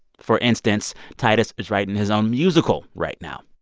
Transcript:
for instance, tituss is writing his own musical right now.